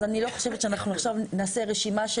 אז אני לא חושבת שאנחנו עכשיו נעשה רשימה,